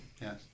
Yes